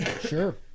Sure